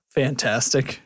fantastic